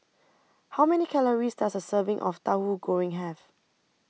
How Many Calories Does A Serving of Tahu Goreng Have